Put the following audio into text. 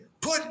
put